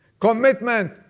Commitment